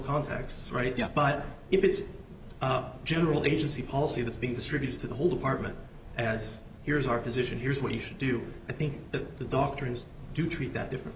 contexts right yeah but if it's a general agency policy that being distributed to the whole department as here's our position here's what you should do i think that the doctor has to treat that different